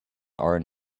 are